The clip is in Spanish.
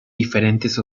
diferentes